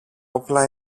όπλα